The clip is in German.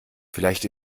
vielleicht